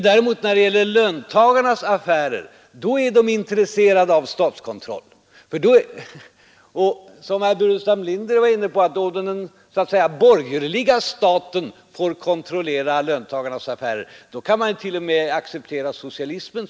När det gäller löntagarnas affärer är de däremot intresserade av statskontroll, som herr Burenstam Linder var inne på när han antydde, att om den så att säga ”borgerliga staten” får kontrollera löntagarnas affärer, då kan man t.o.m. acceptera socialismen.